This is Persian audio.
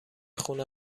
خونه